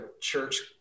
church